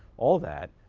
all that.